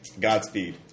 Godspeed